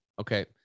Okay